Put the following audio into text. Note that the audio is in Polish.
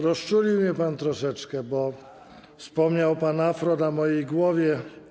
Rozczulił mnie pan troszeczkę, bo wspomniał pan afro na mojej głowie.